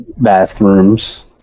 bathrooms